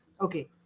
Okay